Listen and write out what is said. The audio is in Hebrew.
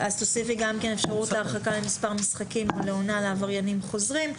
תוסיפי גם כן אפשרות להרחקה למספר משחקים או לעונה לעבריינים חוזרים.